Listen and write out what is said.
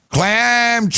Clam